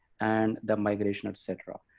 and the migration, et cetera.